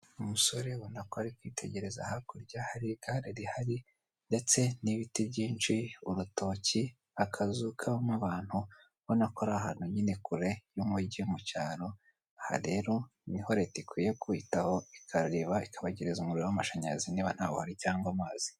Umusore ubonako ari kwitegereza hakurya hari igare rihari ndetse n'ibiti byinshi urutoki, akazu kabamo abantu banakora ahantu nyine kure y'umujyi mu cyaro, aha rero niho leta ikwiye kwitaho ikareba ikabagereza umuriro w'amashanyarazi niba nta wuhari cyangwa amazi.